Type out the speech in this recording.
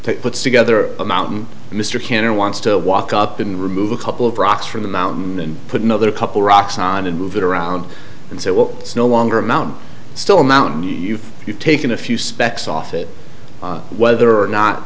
to put together a mountain mr can or wants to walk up and remove a couple of rocks from the mountain and put another couple rocks on and move it around and say well it's no longer a mountain still a mountain if you've taken a few specks off it whether or not